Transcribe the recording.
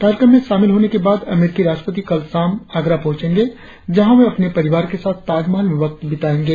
कार्यक्रम में शामिल होने के बाद अमरीकी राष्ट्रपति कल शाम आगरा पहुंचेंगे जहां वे अपने परिवार के साथ ताजमहल में वक्त बिताएंगे